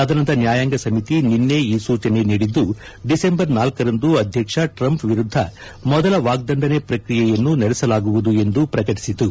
ಸದನದ ನ್ನಾಯಾಂಗ ಸಮಿತಿ ನಿನ್ನೆ ಈ ಸೂಚನೆ ನೀಡಿದ್ದು ಡಿಸೆಂಬರ್ ಳರಂದು ಅಧ್ಯಕ್ಷ ಟ್ರಂಪ್ ವಿರುದ್ದ ಮೊದಲ ವಾಗ್ದಂಡನೆ ಪ್ರಕ್ರಿಯೆಯನ್ನು ನಡೆಸಲಾಗುವುದು ಎಂದು ಪ್ರಕಟಿಸಿತು